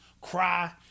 cry